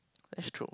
stroke